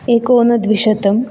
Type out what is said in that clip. एकोन द्विशतम्